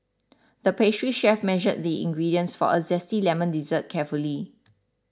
the pastry chef measured the ingredients for a Zesty Lemon Dessert carefully